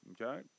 okay